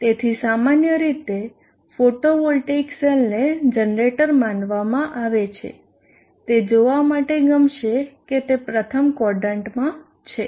તેથી સામાન્ય રીતે ફોટોવોલ્ટેઇક સેલને જનરેટર માનવામાં આવે છે તે જોવા માટે ગમશે કે તે પ્રથમ ક્વોદરન્ટમાં છે